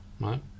right